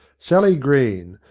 sally green,